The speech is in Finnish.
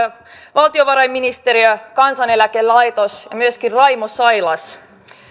valtiovarainministeriö kansaneläkelaitos ja myöskin raimo sailas